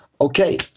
Okay